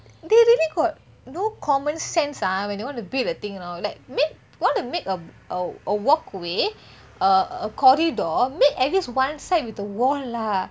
they really got no common sense ah when they want to build then thing you know like mean want to make a walkway uh a corridor make at least one say with the wall lah